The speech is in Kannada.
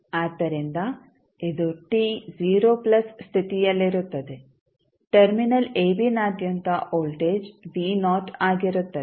ಆದ್ದರಿಂದ ಇದು t 0 ಪ್ಲಸ್t ಸ್ಥಿತಿಯಲ್ಲಿರುತ್ತದೆ ಟರ್ಮಿನಲ್ abನಾದ್ಯಂತ ವೋಲ್ಟೇಜ್ v ನಾಟ್ ಆಗಿರುತ್ತದೆ